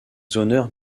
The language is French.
honneurs